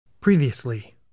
previously